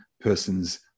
person's